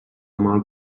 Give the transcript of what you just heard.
mal